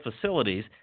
facilities